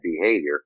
behavior